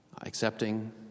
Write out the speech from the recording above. accepting